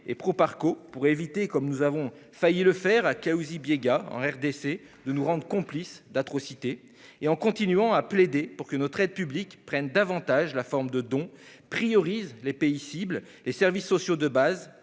et Proparco, afin d'éviter, comme nous avons failli le faire à Kahuzi-Biega en République démocratique du Congo (RDC), de nous rendre complices d'atrocités, et en continuant de plaider pour que notre aide publique prenne davantage la forme de dons, priorise les pays cibles, les services sociaux de base,